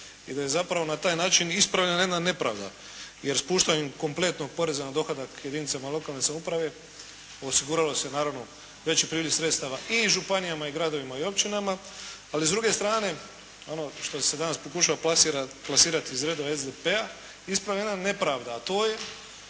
i da je zapravo na taj način ispravljena jedna nepravda jer spuštanjem kompletnog poreza na dohodak jedinicama lokalne samouprave osiguralo se, naravno veći priljevi sredstava i županijama i gradovima i općinama, ali s druge strane, ono što se danas pokušava plasirati iz redova SDP-a ispada jedna nepravda, a to je